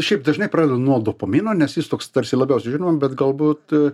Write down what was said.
šiaip dažnai pradedu nuo dopamino nes jis toks tarsi labiausiai žinomam bet galbūt